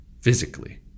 physically